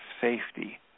safety